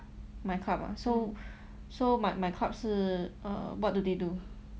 myClub ah so my myClub 是 err what do they do